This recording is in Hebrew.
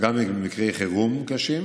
גם במקרי חירום קשים,